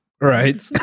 Right